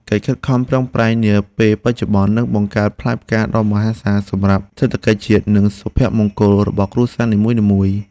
កិច្ចខិតខំប្រឹងប្រែងនាពេលបច្ចុប្បន្ននឹងបង្កើតផ្លែផ្កាដ៏មហាសាលសម្រាប់សេដ្ឋកិច្ចជាតិ និងសុភមង្គលរបស់គ្រួសារនីមួយៗ។